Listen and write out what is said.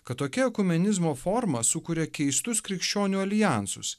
kad tokia ekumenizmo forma sukuria keistus krikščionių aljansus